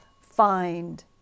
find